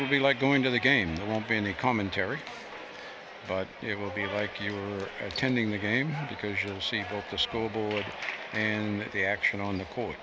will be like going to the game the won't be any commentary but it will be like you are attending the game because you see both the school board and the action on the